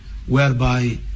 whereby